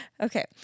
okay